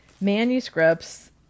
manuscripts